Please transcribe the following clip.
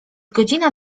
godzina